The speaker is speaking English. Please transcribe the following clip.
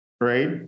right